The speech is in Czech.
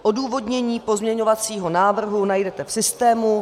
Odůvodnění pozměňovacího návrhu najdete v systému...